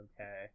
okay